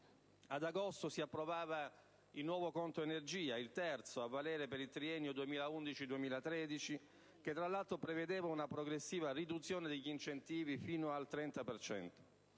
ad agosto il nuovo Conto energia (il terzo) a valere per il triennio 2011-2013 che, tra l'altro, prevedeva una progressiva riduzione degli incentivi, fino al 30